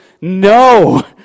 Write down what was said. no